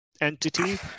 entity